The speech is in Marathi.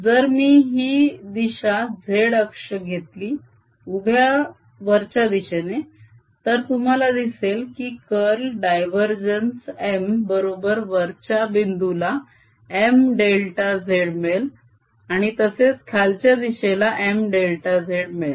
जर मी ही दिशा z अक्ष घेतली उभ्या वरच्या दिशेने तर तुम्हाला दिसेल की कर्ल डायवरजेन्स M बरोबर वरच्या बिंदुला M डेल्टा z मिळेल आणि तसेच खालच्या दिशेला M डेल्टा z मिळेल